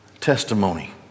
testimony